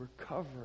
recover